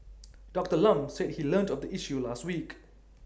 Doctor Lam said he learnt of the issue last week